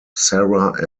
sarah